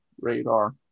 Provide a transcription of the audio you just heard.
radar